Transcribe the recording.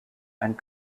and